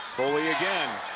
foley again.